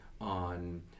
on